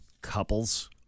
couples